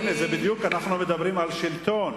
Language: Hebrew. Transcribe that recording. הנה, בדיוק אנחנו מדברים על שלטון